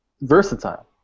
versatile